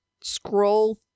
scroll